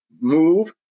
move